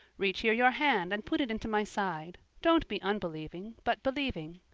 reach here your hand, and put it into my side. don't be unbelieving, but believing.